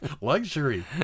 Luxury